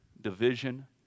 division